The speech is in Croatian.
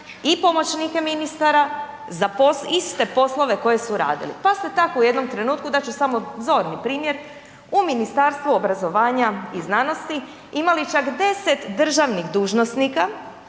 i pomoćnike ministara za iste poslove koje su radili, pa ste tako u jednom trenutku, dat ću samo zorni primjer, u Ministarstvu obrazovanja i znanosti imali čak 10 državnih dužnosnika,